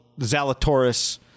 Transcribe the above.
Zalatoris